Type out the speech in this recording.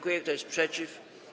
Kto jest przeciw?